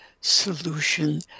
solution